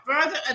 further